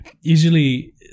usually